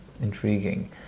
Intriguing